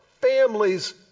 families